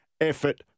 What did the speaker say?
effort